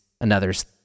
another's